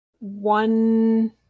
One